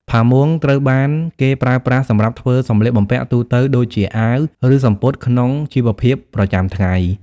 ផាមួងត្រូវបានគេប្រើប្រាស់សម្រាប់ធ្វើ សម្លៀកបំពាក់ទូទៅ ដូចជាអាវ ឬសំពត់ក្នុងជីវភាពប្រចាំថ្ងៃ។